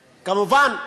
כמובן,